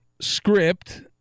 script